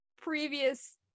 previous